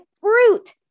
fruit